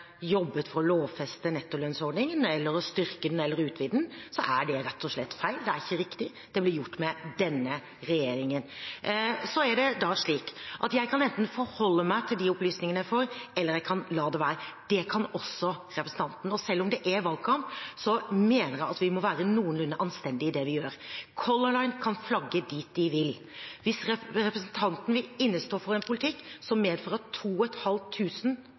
jobbet for å lovfeste nettolønnsordningen, eller å styrke den eller utvide den, er det rett og slett feil. Det er ikke riktig. Det ble gjort av denne regjeringen. Jeg kan enten forholde meg til de opplysningene jeg får, eller jeg kan la det være. Det kan også representanten. Og selv om det er valgkamp, mener jeg at vi må være noenlunde anstendige i det vi gjør. Color Line kan flagge dit de vil. Hvis representanten vil innestå for en politikk som medfører